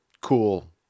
cool